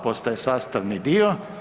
Postaje sastavni dio.